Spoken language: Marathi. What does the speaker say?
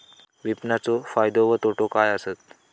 विपणाचो फायदो व तोटो काय आसत?